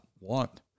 want